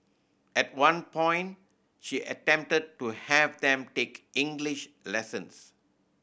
at one point she attempted to have them take English lessons